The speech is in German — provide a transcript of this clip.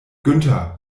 günther